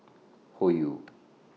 Hoyu